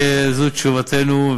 זאת תשובתנו,